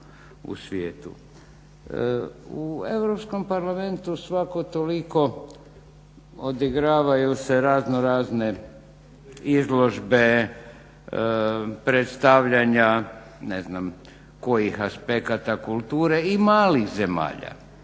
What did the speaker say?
U Europskom parlamentu svako toliko odigravaju se raznorazne izložbe, predstavljanja ne znam kojih aspekata kulture i malih zemalja.